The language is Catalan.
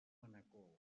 manacor